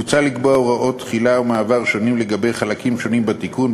מוצע לקבוע הוראות תחילה ומעבר שונות לגבי חלקים שונים בתיקון.